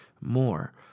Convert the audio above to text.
more